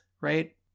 right